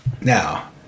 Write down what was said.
Now